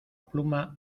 pluma